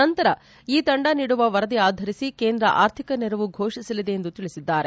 ನಂತರ ಆ ತಂಡ ನೀಡುವ ವರದಿ ಆಧರಿಸಿ ಕೇಂದ್ರ ಆರ್ಥಿಕ ನೆರವು ಘೋಷಸಲಿದೆ ಎಂದು ತಿಳಿಸಿದ್ದಾರೆ